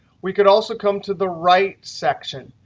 we can also come to the right section.